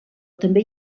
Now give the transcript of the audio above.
també